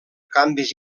canvis